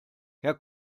herr